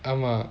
ஆமா:aamaa